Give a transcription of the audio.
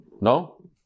No